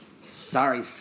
Sorry